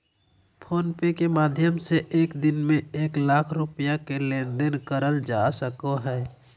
phone पे के माध्यम से एक दिन में एक लाख रुपया के लेन देन करल जा सको हय